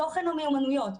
תוכן או מיומנויות?